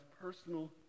personal